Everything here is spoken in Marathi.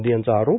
मोदी यांचा आरोप